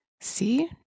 See